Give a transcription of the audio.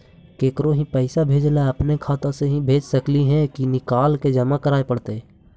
केकरो ही पैसा भेजे ल अपने खाता से ही भेज सकली हे की निकाल के जमा कराए पड़तइ?